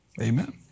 Amen